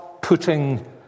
putting